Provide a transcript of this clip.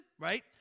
right